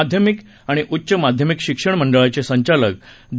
माध्यमिक आणि उच्च माध्यमिक शिक्षण मंडळाचे संचालक द